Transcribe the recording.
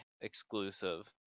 exclusive